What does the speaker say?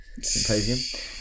symposium